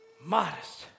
modest